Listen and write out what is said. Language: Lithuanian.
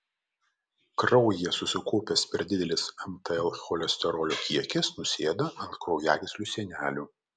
kraujyje susikaupęs per didelis mtl cholesterolio kiekis nusėda ant kraujagyslių sienelių